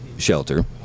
shelter